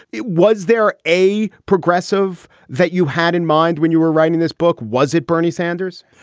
it. was there a progressive that you had in mind when you were writing this book? was it bernie sanders?